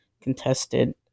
contested